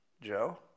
Joe